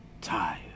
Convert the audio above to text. tired